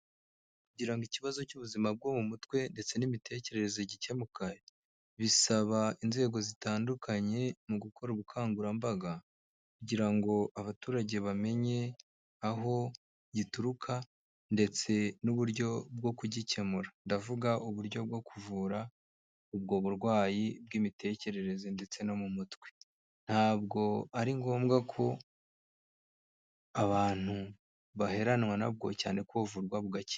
Kugira ngo ikibazo cy'ubuzima bwo mu mutwe ndetse n'imitekerereze gikemuke, bisaba inzego zitandukanye mu gukora ubukangurambaga, kugira ngo abaturage bamenye aho gituruka ndetse n'uburyo bwo kugikemura, ndavuga uburyo bwo kuvura ubwo burwayi bw'imitekerereze ndetse no mu mutwe, ntabwo ari ngombwa ko abantu baheranwa na bwo cyane kuvurwa bugakira.